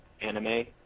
anime